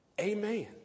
Amen